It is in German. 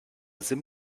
sim